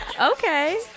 Okay